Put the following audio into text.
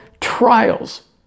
trials